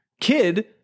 kid